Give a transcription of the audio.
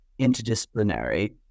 interdisciplinary